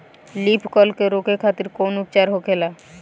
Leaf curl के रोके खातिर कउन उपचार होखेला?